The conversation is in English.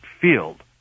field